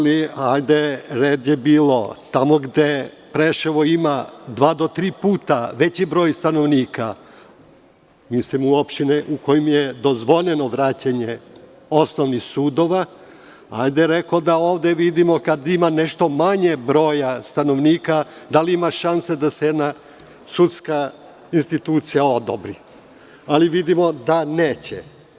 Red je bio tamo gde Preševo ima dva do tri puta veći broj stanovnika, mislim u opštinama u kojima je dozvoljeno vraćanje osnovnih sudova, da vidimo, kada ima nešto manje broja stanovnika, da li ima šanse da se jedna sudska institucija odobri, ali vidimo da neće.